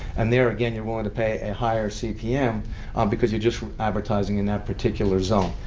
and there again, you're willing to pay a higher cpm because you're just advertising in that particular zone.